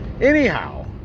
Anyhow